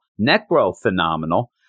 Necro-phenomenal